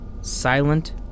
silent